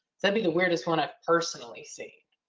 that'd be the weirdest one i've personally seen.